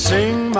Sing